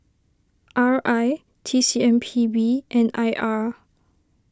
R I T C M P B and I R